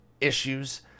issues